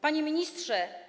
Panie Ministrze!